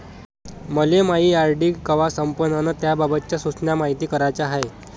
मले मायी आर.डी कवा संपन अन त्याबाबतच्या सूचना मायती कराच्या हाय